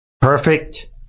Perfect